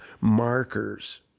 markers